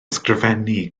ysgrifennu